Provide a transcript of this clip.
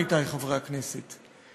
עמיתי חברי הכנסת,